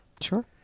Sure